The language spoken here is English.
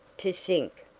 to think,